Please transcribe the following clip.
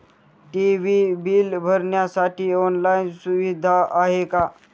TV bill भरण्यासाठी online सुविधा आहे का?